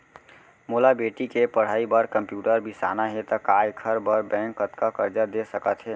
मोला बेटी के पढ़ई बार कम्प्यूटर बिसाना हे त का एखर बर बैंक कतका करजा दे सकत हे?